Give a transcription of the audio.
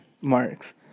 marks